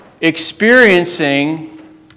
experiencing